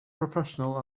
professional